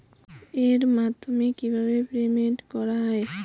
এর মাধ্যমে কিভাবে পেমেন্ট করা য়ায়?